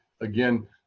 again